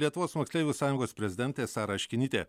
lietuvos moksleivių sąjungos prezidentė sara aškinytė